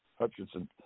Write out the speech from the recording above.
Hutchinson